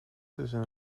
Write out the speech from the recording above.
tussen